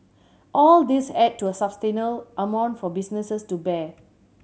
all these add to a amount for businesses to bear